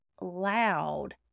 loud